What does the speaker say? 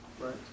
right